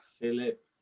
Philip